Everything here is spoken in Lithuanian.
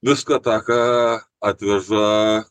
viską tą ką atveža